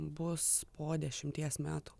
bus po dešimties metų